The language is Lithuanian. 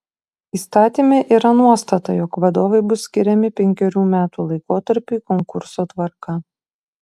įstatyme yra nuostata jog vadovai bus skiriami penkerių metų laikotarpiui konkurso tvarka